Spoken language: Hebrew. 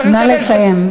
נא לסיים.